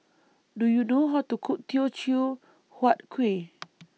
Do YOU know How to Cook Teochew Huat Kueh